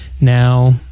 now